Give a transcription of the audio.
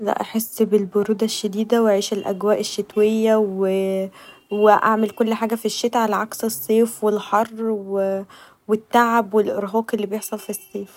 لا احس بالبروده الشديده و اعيش الأجواء الشتويه واعمل كل حاجه في الشتاء علي عكس الصيف و الحر و التعب و الارهاق اللي بيحصل في الصيف.